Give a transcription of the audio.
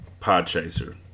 Podchaser